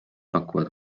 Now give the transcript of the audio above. pakuvad